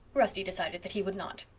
rusty decided that he would not.